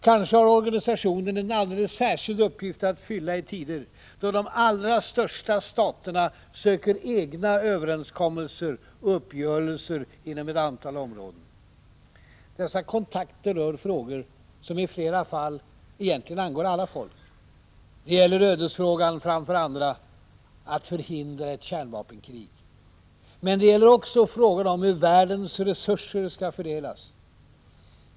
Kanske har organisationen en alldeles särskild uppgift att fylla i tider då de allra största staterna söker egna överenskommelser och uppgörelser inom ett antal områden. Dessa kontakter rör frågor som i flera fall egentligen angår alla folk. Det gäller ödesfrågan framför alla: att förhindra ett kärnvapenkrig. Men det gäller också frågan om hur världens resurser skall fördelas.